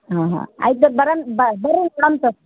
ಹಾಂ ಹಾಂ ಆಯಿತು ಬರನ್ ಬನ್ರಿ ನೋಡಂತ